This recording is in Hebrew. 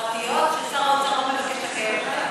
חברתיות ששר האוצר לא מבקש לקיים אותן,